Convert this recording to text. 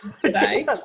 today